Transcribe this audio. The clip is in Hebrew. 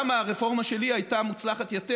או למה הרפורמה שלי הייתה מוצלחת יותר.